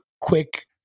quick